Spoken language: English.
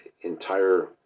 entire